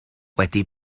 wedi